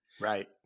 Right